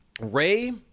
ray